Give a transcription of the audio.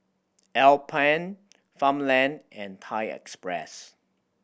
Alpen Farmland and Thai Express